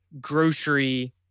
grocery